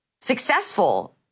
successful